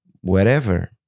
wherever